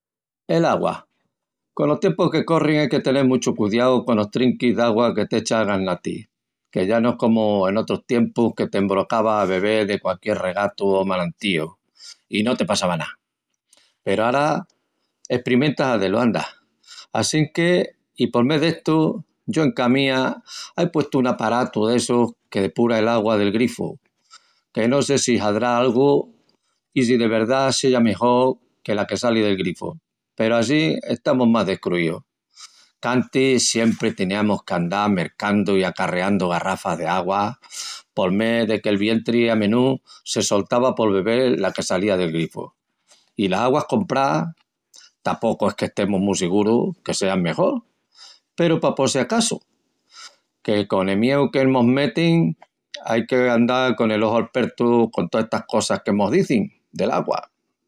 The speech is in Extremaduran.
L'agua. Conos tiempus que corrin ai que tenel muchu cudiau conos trinquis d’agua que t’echas al gasnati, que ya no es comu en otrus tiempus que te embrocavas a bebel de qualquiel regatu o manantíu i no te passava ná, peru ara esprimentas a hazé-lu. Assinque, i pol mé d’estu, yo en cá mía ai puestu un aparatu que depura l’agua del grifu, que no sé si hadrá algu i si de verdá seya mejol que la que sali del grifu, peru assín estamus más descruíus, qu’antis siempri teniamus qu’andal mercandu i acarreandu garrafas d’agua pol mé de que’l vientri a menú se soltava pol bebel la que salía del grifu, i las aguas comprás tapucu es que estemus mu sigurus que seyan mejol, peru pa po si acasu, que con el mieu que mos metin, ai qu’andal con el oju al pertu con tolas cosas.